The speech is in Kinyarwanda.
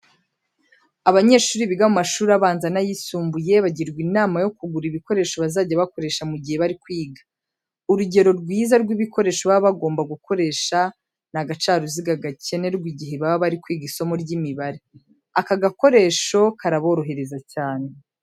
Abanyeshuri biga mu mashuri abanza n'ayisumbuye bagirwa inama yo kugura ibikoresho bazajya bakoresha mu gihe bari kwiga. Urugero rwiza rw'ibikoresho baba bagomba gukoresha ni agacaruziga gakenerwa igihe baba bari kwiga isomo ry'imibare. Aka gakoresho karaborohereza cyane.